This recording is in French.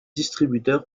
distributeur